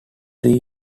there